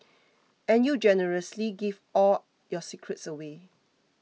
and you generously give all your secrets away